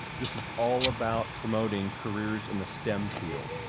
this is all about promoting careers in the stem field.